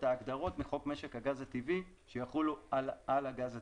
ההגדרות מחוק משק הגז הטבעי שיחולו על הגז הטבעי.